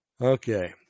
Okay